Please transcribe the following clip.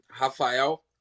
Rafael